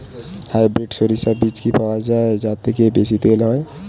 Hybrid শরিষা বীজ কি পাওয়া য়ায় যা থেকে বেশি তেল হয়?